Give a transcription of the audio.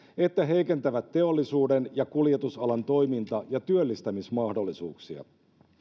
että heikentävät teollisuuden ja kuljetusalan toiminta ja työllistämismahdollisuuksia